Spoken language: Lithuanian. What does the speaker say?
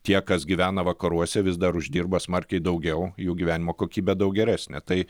tie kas gyvena vakaruose vis dar uždirba smarkiai daugiau jų gyvenimo kokybė daug geresnė tai